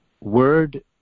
word